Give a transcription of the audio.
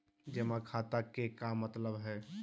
जमा खाता के का मतलब हई?